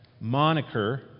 moniker